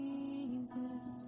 Jesus